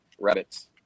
rabbits